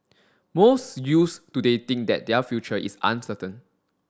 most youths today think that their future is uncertain